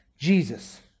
Jesus